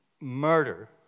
murder